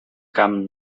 camp